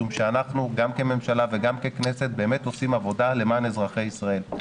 משום שאנחנו גם כממשלה וגם ככנסת באמת עושים עבודה למען אזרחי ישראל.